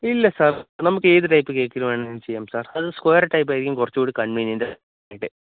ഇല്ല സാര് നമുക്ക് ഏത് ടൈപ്പ് കേക്കില് വേണമെങ്കിലും ചെയ്യാം അത് സ്ക്വയര് ടൈപ്പ് ആയിരിക്കും കുറച്ചു കൂടെ കണ്വീനിയന്റ് ആയിട്ട്